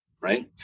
right